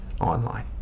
online